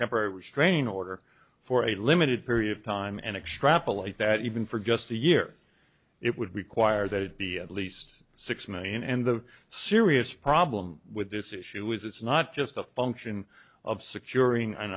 temporary restraining order for a limited period of time and extrapolate that even for just a year it would require that it be at least six million and the serious problem with this issue is it's not just a function of securing